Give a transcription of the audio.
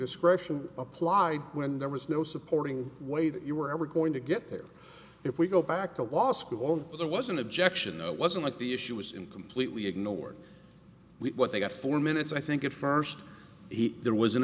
discretion applied when there was no supporting way that you were ever going to get there if we go back to law school on there was an objection that wasn't the issue was in completely ignored what they got four minutes i think at first he there was an